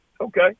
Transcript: Okay